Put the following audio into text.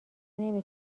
نمی